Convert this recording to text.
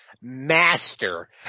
master